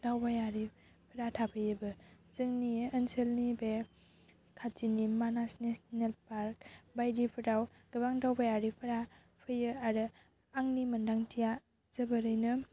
दावबायारिफ्रा थाफैयोबो जोंनि ओनसोलनि बे खाथिनि मानास नेसनेल पार्क बायदिफोराव गोबां दावबायारिफोरा फैयो आरो आंनि मोनदांथिया जोबोरैनो